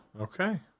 Okay